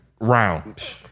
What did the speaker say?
round